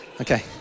Okay